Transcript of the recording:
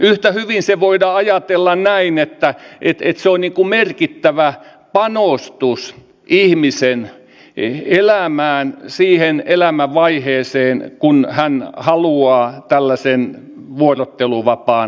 yhtä hyvin voidaan ajatella näin että se on merkittävä panostus ihmisen elämään siihen elämänvaiheeseen kun hän haluaa tällaisen vuorotteluvapaan käyttää